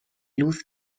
luz